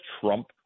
Trump